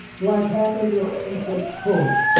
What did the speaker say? like happened with ancient troy.